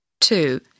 two